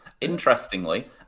Interestingly